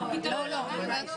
לא לא,